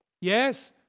Yes